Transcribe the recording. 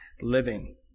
living